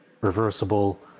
reversible